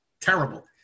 Terrible